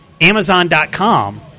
Amazon.com